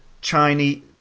Chinese